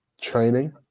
training